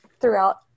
throughout